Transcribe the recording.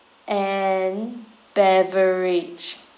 and beverage